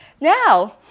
Now